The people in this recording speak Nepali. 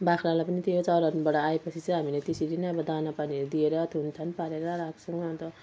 बाख्रालाई पनि त्यही हो चरनबाट आएपछि चाहिँ हामीले त्यसरी नै अब दानापानीहरू दिएर थुनथान पारेर राख्छौँ अनि त